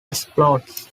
explodes